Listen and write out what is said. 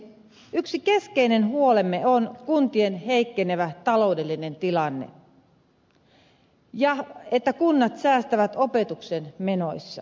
yksi keskeinen huolemme on kuntien heikkenevä taloudellinen tilanne ja se että kunnat säästävät opetuksen menoissa